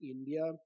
India